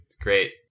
Great